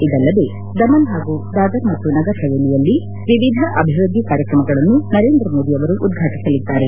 ಇದಲ್ಲದೆ ದಮನ್ ಹಾಗೂ ದಾದರ್ ಮತ್ತು ನಗರ್ ಹವೆಲಿಯಲ್ಲಿ ವಿವಿಧ ಅಭಿವೃದ್ದಿ ಕಾರ್ಯಕ್ರಮಗಳನ್ನು ನರೇಂದ್ರ ಮೋದಿ ಉದ್ವಾಟಿಸಲಿದ್ದಾರೆ